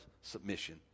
submission